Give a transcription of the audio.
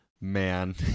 man